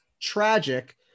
tragic